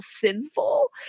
sinful